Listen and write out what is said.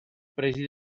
presi